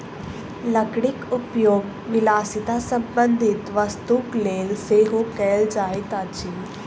लकड़ीक उपयोग विलासिता संबंधी वस्तुक लेल सेहो कयल जाइत अछि